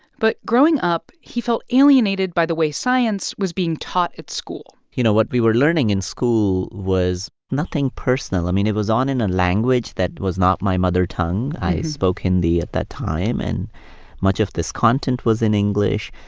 but growing up, he felt alienated by the way science was being taught at school you know, what we were learning in school was nothing personal. i mean, it was all in a and language that was not my mother tongue. i spoke hindi at that time. and much of this content was in english.